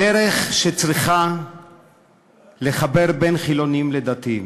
הדרך שצריכה לחבר בין חילונים לדתיים,